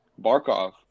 Barkov